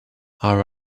are